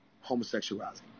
homosexuality